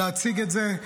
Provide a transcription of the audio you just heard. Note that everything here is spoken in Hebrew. להציג את זה,